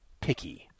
picky